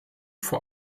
vor